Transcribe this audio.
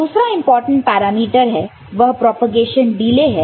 दूसरा important parameter है वह प्रोपेगेशन डिले है